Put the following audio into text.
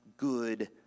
good